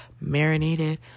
marinated